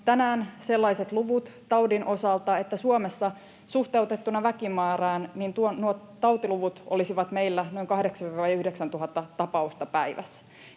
tänään sellaiset luvut taudin osalta, että Suomessa väkimäärään suhteutettuna nuo tautiluvut olisivat meillä noin 8 000—9 000 tapausta päivässä.